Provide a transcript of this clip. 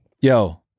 yo